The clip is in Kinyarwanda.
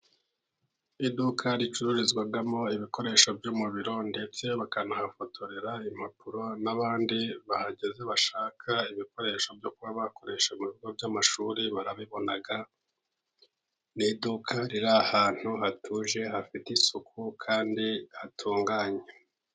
Iduka ricururizwamo ibikoresho byo mu biro ndetse bakanahafotorera impapuro, n'abandi bahageze bashaka ibikoresho byo kuba bakoresha mu bigo by'amashuri barabibona, ni iduka riri ahantu hatuje hafite isuku kandi hatunganye.